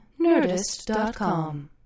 Nerdist.com